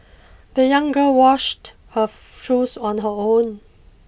the young girl washed her shoes on her own